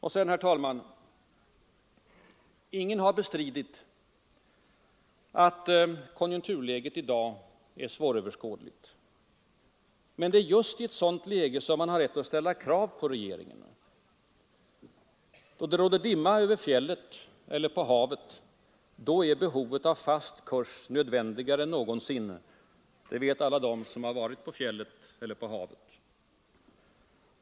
Och sedan, herr talman: Ingen har bestritt att konjunkturläget i dag är svåröverskådligt. Men det är just i ett sådant läge som man har rätt att ställa krav på regeringen. Då det råder dimma över fjället eller på havet, då är behovet av fast kurs nödvändigare än någonsin, det vet alla de som har varit på fjället eller på havet.